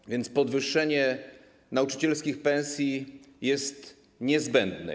Tak więc podwyższenie nauczycielskich pensji jest niezbędne.